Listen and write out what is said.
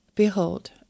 Behold